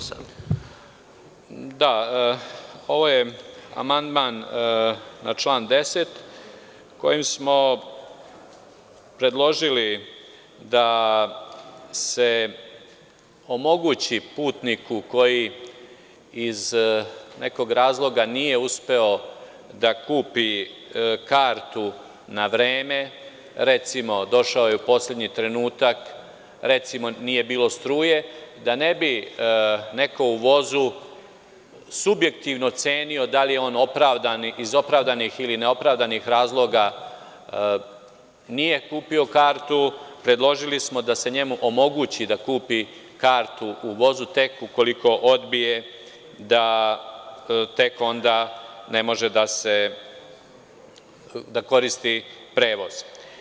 Poštovani predsedavajući, ovo je amandman na član 10. kojim smo predložili da se omogući putniku koji iz nekog razloga nije uspeo da kupi kartu na vreme, recimo, došao je u poslednji trenutak, recimo nije bilo struje, da ne bi neko u vozu subjektivno cenio da li je on iz opravdanih ili neopravdanih razloga nije kupio kartu, predložili smo da se njemu omogući da kupi kartu u vozu, tek ukoliko odbije, da, tek onda ne može da koristi prevoz.